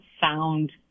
sound